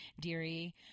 Deary